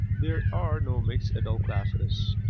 there are no mixed adult classes.